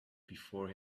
before